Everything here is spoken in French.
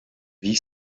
vie